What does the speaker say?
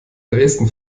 dresden